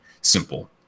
simple